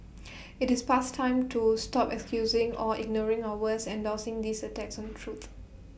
IT is past time to stop excusing or ignoring or worse endorsing these attacks on truth